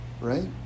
right